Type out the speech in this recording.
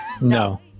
No